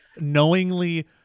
knowingly